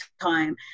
time